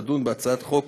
תדון בהצעת חוק